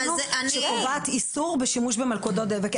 שקובעת איסור בשימוש במלכודות דבק.